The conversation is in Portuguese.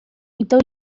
então